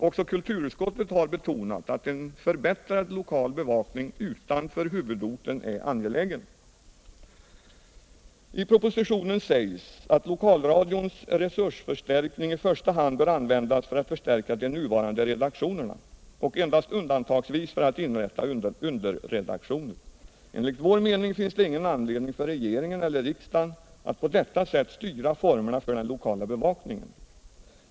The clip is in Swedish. Också kulturutskottet har betonat att en förbättrad lokal bevakning utanför huvudorten är angelägen. " I propositionen sägs att lokalradions resursförstärkning i första hand bör användas för att förstärka de nuvarande redaktionerna och endast undantagsvis för att inrätta underredaktioner. Enligt vår mening finns det ingen anledning för regeringen eller riksdgen att på detta sätt styra formerna för den lokala bevakningen.